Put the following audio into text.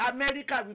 America